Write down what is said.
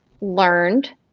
learned